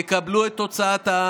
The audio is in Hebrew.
תקבלו את תוצאת העם,